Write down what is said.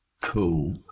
cool